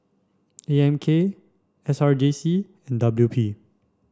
A M K S R J C and W P